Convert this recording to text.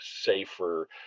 safer